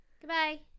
Goodbye